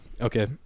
Okay